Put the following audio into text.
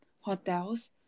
hotels